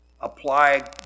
Apply